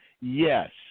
yes